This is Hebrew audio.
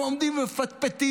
הם עומדים ומפטפטים.